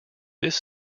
this